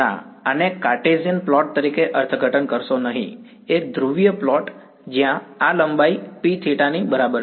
theta ના આને Cartesian plot તરીકે અર્થઘટન કરશો નહીં એક ધ્રુવીય પ્લોટ જ્યાં આ લંબાઈ P θ ની બરાબર છે